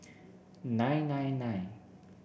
nine nine nine